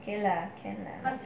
okay lah can lah